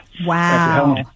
Wow